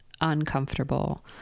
uncomfortable